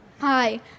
Hi